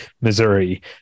Missouri